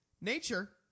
Nature